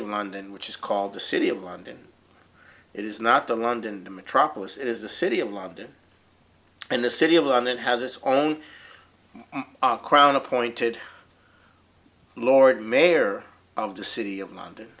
of london which is called the city of london it is not the london the metropolis is the city of london and the city of london has its own crown appointed lord mayor of the city of london